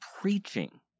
preaching